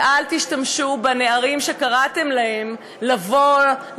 ואל תשתמשו בנערים שקראתם להם לבוא,